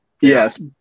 Yes